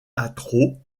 teatro